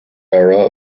era